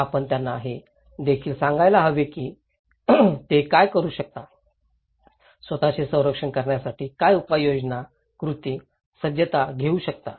आपण त्यांना हे देखील सांगायला हवे की ते काय करू शकतात स्वतःचे रक्षण करण्यासाठी काय उपाययोजना कृती सज्जता घेऊ शकतात